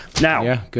Now